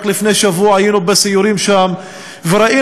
רק לפני שבוע היינו בסיורים שם וראינו